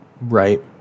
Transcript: right